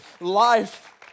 life